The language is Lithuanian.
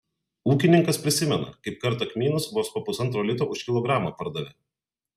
ūkininkas prisimena kaip kartą kmynus vos po pusantro lito už kilogramą pardavė